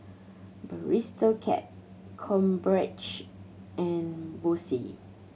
Cat Krombacher and Bose